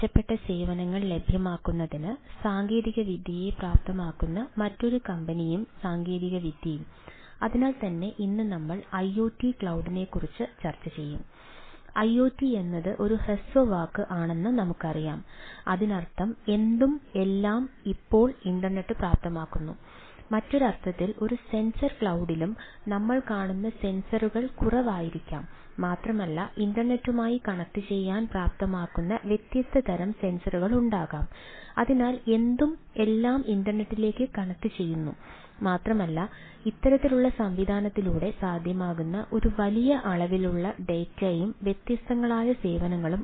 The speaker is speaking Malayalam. മെച്ചപ്പെട്ട സേവനങ്ങൾ ലഭ്യമാക്കുന്നതിന് സാങ്കേതികവിദ്യയെ പ്രാപ്തമാക്കുന്ന മറ്റൊരു കമ്പനിയും സാങ്കേതികവിദ്യയും അതിനാൽ തന്നെ ഇന്ന് നമ്മൾ ഐഒടി ക്ലൌഡിനെക്കുറിച്ച് ചർച്ച ചെയ്യും